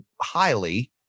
highly